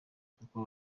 kuko